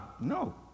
No